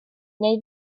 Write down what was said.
neu